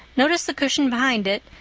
noticed the cushion behind it,